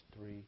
three